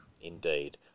indeed